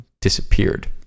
disappeared